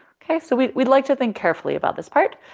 okay. so we'd we'd like to think carefully about this part.